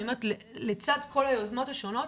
לצד כל היוזמות השונות,